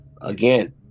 Again